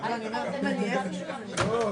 והקליטה ולחשוב כמה עולים היה אפשר להעמיד